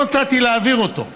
לא נתתי להעביר אותו,